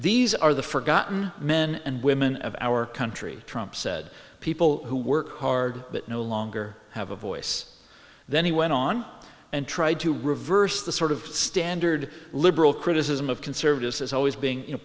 these are the forgotten men and women of our country trump said people who work hard but no longer have a voice then he went on and tried to reverse the sort of standard liberal criticism of conservatives as always being